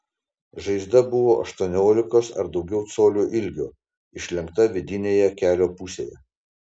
žaizda buvo aštuoniolikos ar daugiau colių ilgio išlenkta vidinėje kelio pusėje